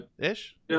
Ish